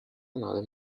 another